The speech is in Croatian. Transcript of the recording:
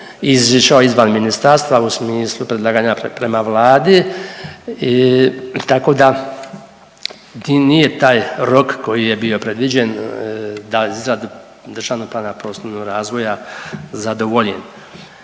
izišao iz ministarstva u smislu predlaganja prema Vladi, tako da tim nije taj rok koji je bio predviđen da izradu državnog prostornog razvoja zadovolje.